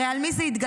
הרי על מי זה יתגלגל?